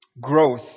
growth